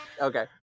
Okay